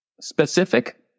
Specific